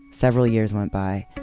several years went by.